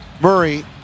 Murray